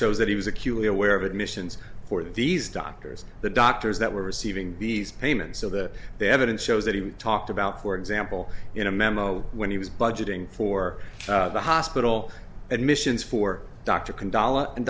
shows that he was acutely aware of admissions for these doctors the doctors that were receiving these payments so that the evidence shows that he talked about for example in a memo when he was budgeting for the hospital admissions for d